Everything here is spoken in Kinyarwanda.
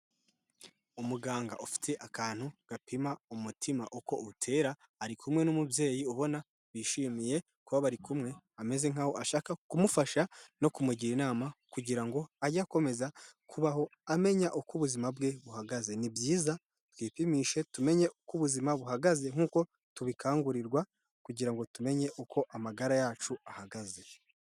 Umuganga ufite akantu gapima umutima uko utera ari kumwe n'umubyeyi ubona wishimiye kuba bari kumwe ameze nkaho ashaka kumufasha no kumugira inama kugira ngo ajye akomeza kubaho amenya uko ubuzima bwe buhagaze. Ni byiza twipimishe tumenye uko ubuzima buhagaze nkuko tubikangurirwa, kugira ngo tumenye uko amagara yacu ahagaze.